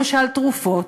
למשל תרופות,